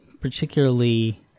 particularly